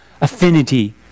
affinity